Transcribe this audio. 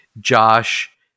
josh